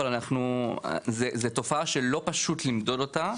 אבל זו תופעה שלא פשוט למדוד אותה.